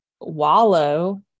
wallow